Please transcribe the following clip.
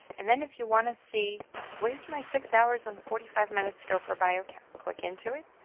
and then if you want to see where my six hours and forty five minutes, go for biochem. click into it.